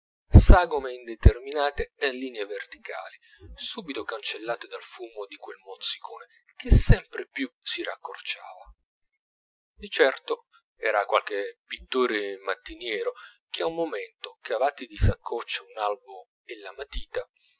sagome indeterminate e linee verticali subito cancellate dal fumo di quel mozzicone che sempre più si raccorciava di certo era qualche pittore mattiniero che a un momento cavati di saccoccia un albo e la matita